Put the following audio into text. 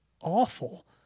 awful